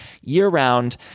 year-round